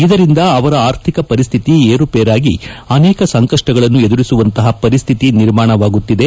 ಇದರಿಂದ ಅವರ ಆರ್ಥಿಕ ಪರಿಸ್ತಿತಿ ವಿರುಪೇರಾಗಿ ಅನೇಕ ಸಂಕಷ್ಷಗಳನ್ನು ಎದುರಿಸುವಂತಪ ಪರಿಸ್ಹಿತಿ ನಿರ್ಮಾಣವಾಗುತ್ತಿದೆ